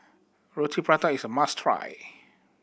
Roti Prata is a must try